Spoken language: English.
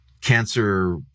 cancer